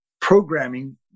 programming